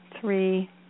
three